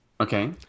Okay